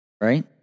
right